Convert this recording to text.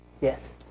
yes